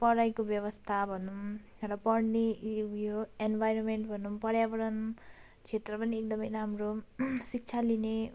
पढाइको व्यवस्था भनौँ र पढ्ने यो यो इन्भाइरोमेन्ट भनौँ पर्यावरण क्षेत्र पनि एकदम राम्रो शिक्षा लिने